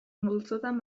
multzotan